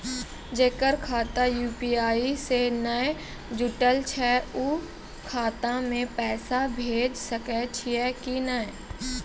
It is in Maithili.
जेकर खाता यु.पी.आई से नैय जुटल छै उ खाता मे पैसा भेज सकै छियै कि नै?